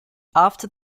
after